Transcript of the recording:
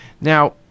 Now